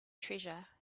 treasure